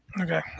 Okay